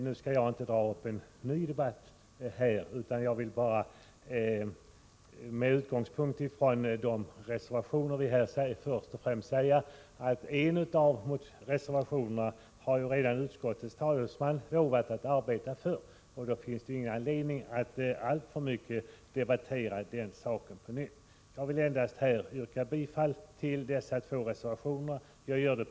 Nu skall jag inte ta upp en ny debatt, utan jag vill bara understryka att utskottets talesman redan har lovat att arbeta för den fråga som tas uppi den ena av reservationerna, och då finns det ingen anledning att alltför mycket debattera frågan på nytt.